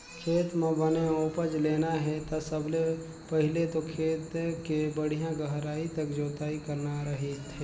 खेत म बने उपज लेना हे ता सबले पहिले तो खेत के बड़िहा गहराई तक जोतई करना रहिथे